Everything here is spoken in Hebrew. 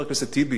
חבר הכנסת טיבי,